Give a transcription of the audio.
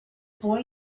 boy